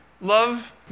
love